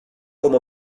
como